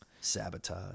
Sabotage